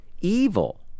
evil